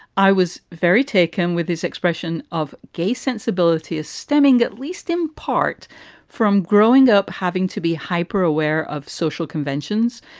i was very taken with his expression of gay sensibility is stemming, at least in part from growing up having to be hyper aware of social conventions.